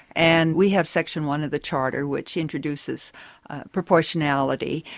and we have section one of the charter which introduces proportionality,